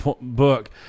book